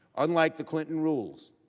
unlike the clinton rules,